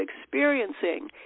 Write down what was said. experiencing